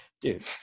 Dude